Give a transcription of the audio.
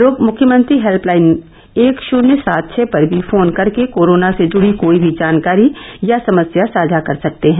लोग मुख्यमंत्री हेल्पलाइन एक शुन्य सात छ पर भी फोन कर के कोरोना से जुड़ी कोई भी जानकारी या समस्या साझा कर सकते हैं